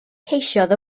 ceisiodd